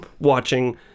watching